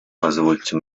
позвольте